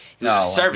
No